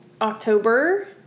october